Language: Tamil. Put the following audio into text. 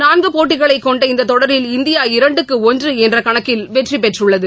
நான்கு போட்டிகளைக் கொண்ட இந்தத் தொடரில் இந்தியா இரண்டுக்கு ஒன்று என்ற கணக்கில் வெற்றிபெற்றுள்ளது